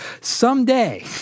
someday